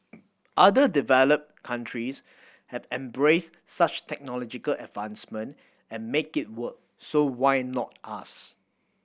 other developed countries have embraced such technological advancement and make it work so why not us